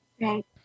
Right